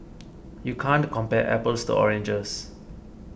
you can't compare apples to oranges